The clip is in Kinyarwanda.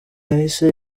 yahise